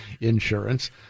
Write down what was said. insurance